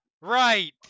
Right